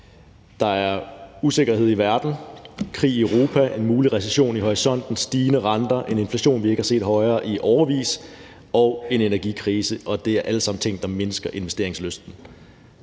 Der er usikkerhed i verden, krig i Europa, en mulig recession i horisonten, stigende renter, en inflation, vi ikke har set højere i årevis, og en energikrise, og det er alle sammen ting, der mindsker investeringslysten.